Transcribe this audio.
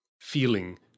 feeling